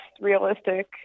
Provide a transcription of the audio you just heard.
realistic